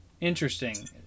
Interesting